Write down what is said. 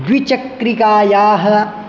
द्विचक्रिकायाः